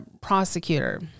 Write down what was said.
prosecutor